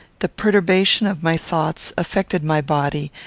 the perturbation of my thoughts affected my body,